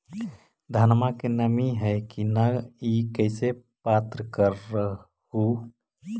धनमा मे नमी है की न ई कैसे पात्र कर हू?